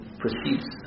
proceeds